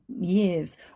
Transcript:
years